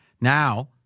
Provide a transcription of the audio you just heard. Now—